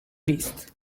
beast